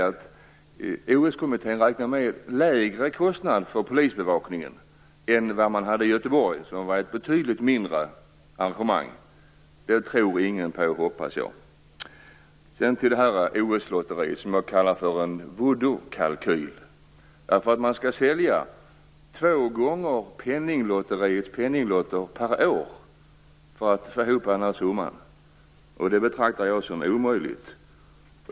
OS-kommittén räknar med en lägre kostnad för polisbevakningen än vad kostnaden var vid VM i Göteborg - som var ett betydligt mindre arrangemang. Jag hoppas att ingen tror på detta. Jag kallar OS-lotteriet för en voodookalkyl. Man skall sälja en mängd som motsvarar två gånger penninglotteriets penninglotter per år för att få ihop summan. Det betraktar jag som omöjligt.